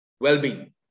well-being